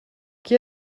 qui